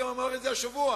הוא אמר את זה גם השבוע.